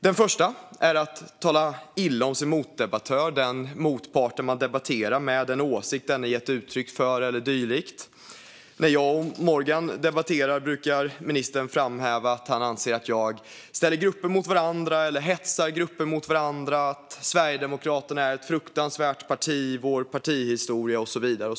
Det första är att tala illa om sin motdebattör, den åsikt denne gett uttryck för eller dylikt. När jag och Morgan debatterar brukar ministern framhäva att han anser att jag ställer grupper mot varandra eller hetsar grupper mot varandra, att Sverigedemokraterna är ett fruktansvärt parti med vår partihistoria och så vidare.